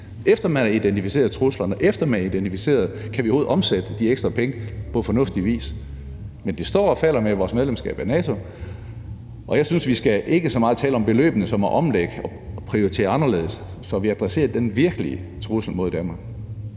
efter man har identificeret, om vi overhovedet kan omsætte de ekstra penge på fornuftig vis. Men det står og falder med vores medlemskab af NATO. Jeg synes ikke, vi skal tale så meget om beløbene. Vi skal mere tale om at omlægge og prioritere anderledes, så vi adresserer den virkelige trussel mod Danmark.